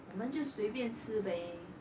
我们就随便吃呗